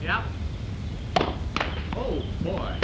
yeah oh boy